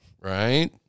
Right